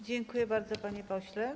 Dziękuję bardzo, panie pośle.